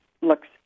looks